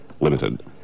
Limited